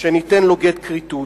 שניתן לו גט כריתות.